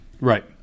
Right